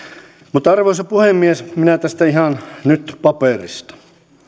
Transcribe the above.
mutta arvoisa puhemies minä tästä ihan nyt paperista